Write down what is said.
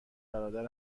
برادر